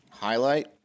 highlight